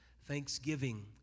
thanksgiving